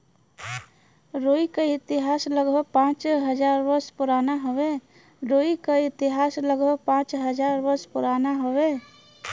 रुई क इतिहास लगभग पाँच हज़ार वर्ष पुराना हउवे